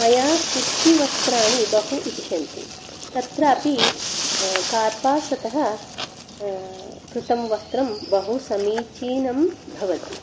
मया कुर्तिवस्त्राणि बहु इष्यन्ते तत्रापि कार्पासतः कृतं वस्त्रं बहु समीचीनम् भवति